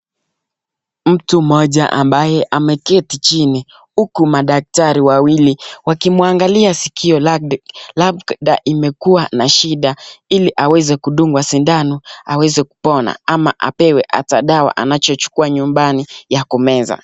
Mtu mmoja ambaye ameketi chini uku madaktari wawili wakimwangalia sikio labda imekuwa na shida ili aweze kudungwa sindano aweze kupona ama apewe ata dawa anachochukua nyumbani ya kumeza.